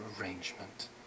arrangement